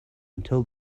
until